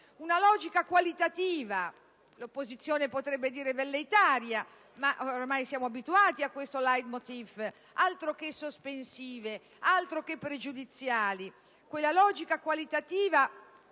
Una logica qualitativa - l'opposizione potrebbe dire velleitaria, ma oramai siamo abituati a questo *leit-Motiv*, altro che sospensive, altro che pregiudiziali! - espressa da questo